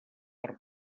per